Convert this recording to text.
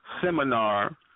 seminar